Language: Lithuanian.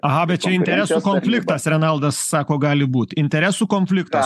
aha bet čia interesų konfliktas renaldas sako gali būt interesų konfliktas